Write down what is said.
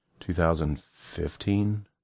2015